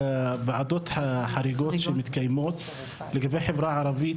הוועדות החריגות שמתקיימות לגבי החברה הערבית.